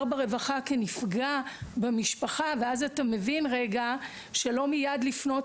ברווחה כנפגע במשפחה ואז אתה מבין רגע שלא מייד לפנות